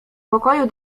pokoju